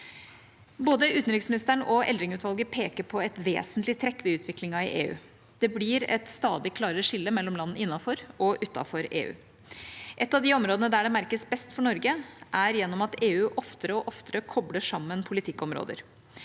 Både utenriksministeren og Eldring-utvalget peker på et vesentlig trekk ved utviklingen i EU: Det blir et stadig klarere skille mellom land innenfor og utenfor EU. Et av de områdene der det merkes best for Norge, er gjennom at EU oftere og oftere kobler sammen politikkområder.